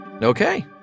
Okay